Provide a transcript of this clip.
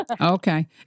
Okay